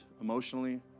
emotionally